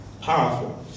Powerful